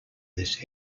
this